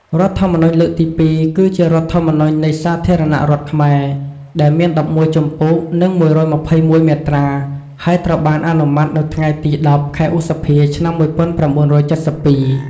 រដ្ឋធម្មនុញ្ញលើកទី២ គឺជារដ្ឋធម្មនុញ្ញ នៃសាធារណរដ្ឋខ្មែរ ដែលមាន១១ ជំពូក និង១២១ មាត្រា ហើយត្រូវបានអនុម័តនៅថ្ងៃទី ១០ ខែឧសភា ១៩៧២។